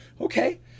Okay